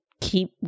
keep